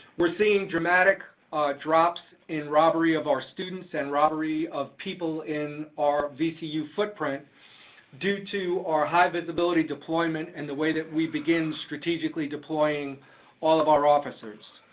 we're seeing dramatic drops in robbery of our students and robbery of people in our vcu footprint due to our high visibility deployment, and the way that we begin strategically deploying all of our officers.